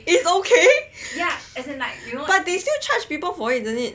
is okay but they still charge people for it isn't it